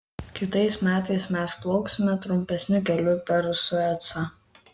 kitais metais mes plauksime trumpesniu keliu per suecą